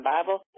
Bible